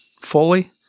fully